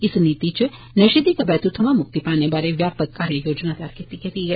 इस नीति च नशे दी कबेतू थ्मां मुक्ति पाने बारे व्यापक कार्य योजना ऐ